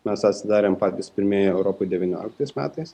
mes atsidarėm patys pirmieji europoje devynioliktais metais